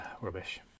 Rubbish